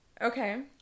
okay